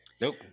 Nope